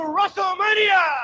WrestleMania